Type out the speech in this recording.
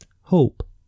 hope